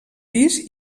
pis